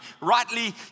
rightly